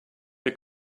wir